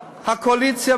הקואליציה,